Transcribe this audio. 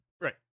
Right